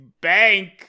bank